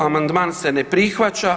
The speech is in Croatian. Amandman se ne prihvaća.